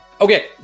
Okay